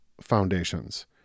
foundations